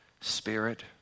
spirit